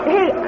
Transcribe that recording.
Hey